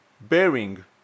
bearing